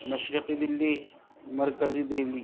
مشرقی دِلّی مرکزی دہلی